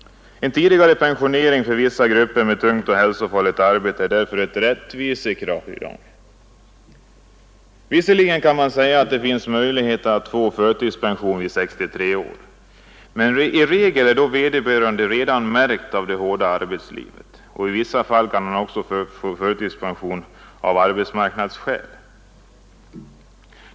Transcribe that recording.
En tidigare pensionering för vissa grupper med tungt och hälsofarligt arbete är därför ett rättvisekrav i dag. Visserligen kan man invända att det finns möjlighet att få förtidspension vid 63 år, men i regel är vederbörande då redan märkt av det hårda arbetslivet. I vissa fall kan man också få förtidspension av arbetsmarknadsskäl.